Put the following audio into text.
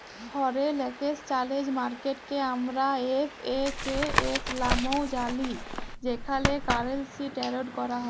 foreign exchange মার্কেটকে আমরা এফ.এ.কে.এস লামেও জালি যেখালে কারেলসি টেরেড ক্যরা হ্যয়